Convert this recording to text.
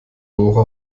dora